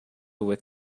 with